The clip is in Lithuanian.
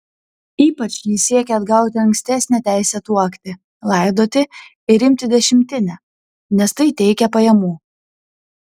ypač ji siekė atgauti ankstesnę teisę tuokti laidoti ir imti dešimtinę nes tai teikė pajamų